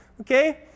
Okay